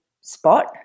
spot